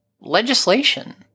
legislation